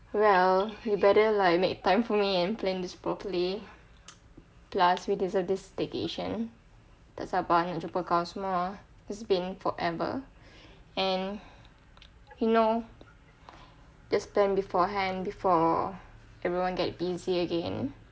well you better like make time for me and plan this properly plus we deserve this staycation tak sabar nak jumpa kau semua ah it's been forever and you know just plan beforehand before everyone get busy again